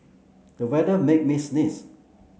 the weather made me sneeze